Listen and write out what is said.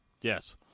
yes